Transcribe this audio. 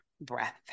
breath